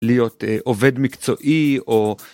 להיות עובד מקצועי או..